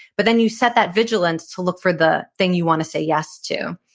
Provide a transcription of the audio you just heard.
but then you set that vigilance to look for the thing you want to say yes to.